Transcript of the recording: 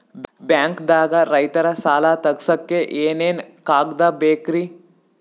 ಬ್ಯಾಂಕ್ದಾಗ ರೈತರ ಸಾಲ ತಗ್ಸಕ್ಕೆ ಏನೇನ್ ಕಾಗ್ದ ಬೇಕ್ರಿ?